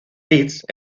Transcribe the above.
leeds